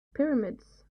pyramids